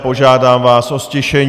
Požádám vás o ztišení!